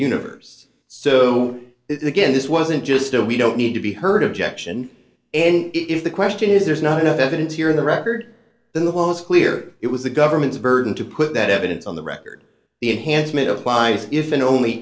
universe so it's again this wasn't just oh we don't need to be heard objection and if the question is there's not enough evidence here in the record then the hall is clear it was the government's burden to put that evidence on the record the enhancement of lies if and only